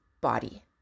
body